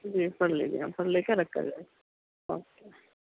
جی پڑھ لیجیے آپ پڑھ لے کر رکھ کر جائیں اوکے